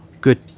good